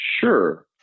sure